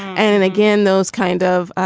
and and again, those kind of